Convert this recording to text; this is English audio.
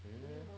really meh